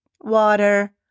water